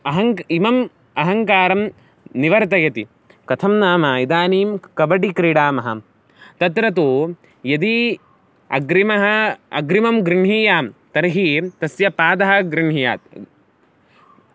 अहं क् इमम् अहङ्कारं निवर्तयति कथं नाम इदानीं कबडि क्रीडामः तत्र तु यदि अग्रिमः अग्रिमं गृह्णीयात् तर्हि तस्य पादं गृह्णीयात्